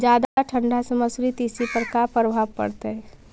जादा ठंडा से मसुरी, तिसी पर का परभाव पड़तै?